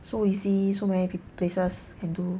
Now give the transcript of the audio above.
so easy so many peo~ so many places can do